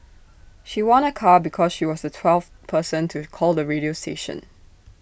she won A car because she was the twelfth person to call the radio station